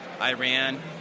Iran